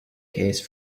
case